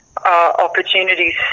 Opportunities